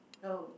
oh